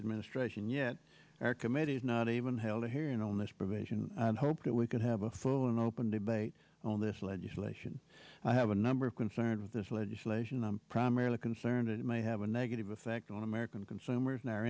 administration yet our committee is not even held a hearing on this provision and hope that we could have a full and open debate on this legislation i have a number of concerns with this legislation i'm primarily concerned it may have a negative effect on american consumer